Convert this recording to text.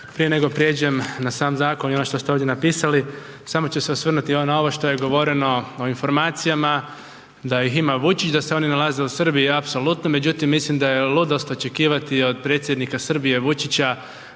Prije nego prijeđem na sam zakon i ono što ste ovdje napisali, samo ću se osvrnuti na ovo što je govoreno o informacijama, da ih ima Vučić, da se one nalaze u Srbiji, apsolutno, međutim mislim da je ludost očekivati od predsjednika Srbije Vučića